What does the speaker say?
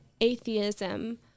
atheism